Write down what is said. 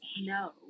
No